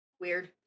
weird